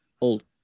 old